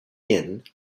inn